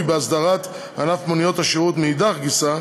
בהסדרת ענף מוניות השירות מאידך גיסא.